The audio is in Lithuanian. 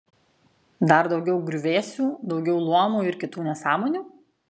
dar daugiau griuvėsių daugiau luomų ir kitų nesąmonių